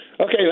Okay